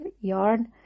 yarn